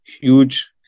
huge